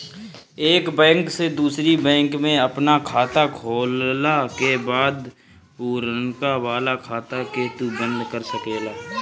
एक बैंक से दूसरी बैंक में आपन खाता खोलला के बाद पुरनका वाला खाता के तू बंद कर सकेला